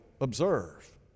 observe